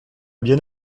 bien